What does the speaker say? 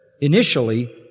Initially